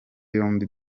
yombi